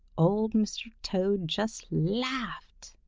old mr. toad just laughed.